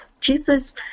Jesus